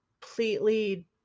completely